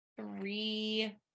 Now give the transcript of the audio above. three